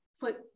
put